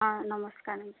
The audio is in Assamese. অঁ নমস্কাৰ নমচ